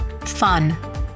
fun